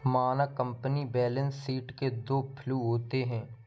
मानक company balance sheet के दो फ्लू होते हैं